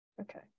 Okay